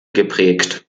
geprägt